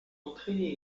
entrainé